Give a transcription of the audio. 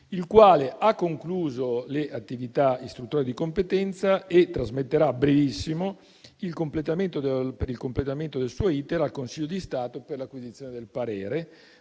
il quale ha concluso le attività istruttorie di competenza e trasmetterà molto presto lo schema, per il completamento del suo *iter*, al Consiglio di Stato per l'acquisizione del parere,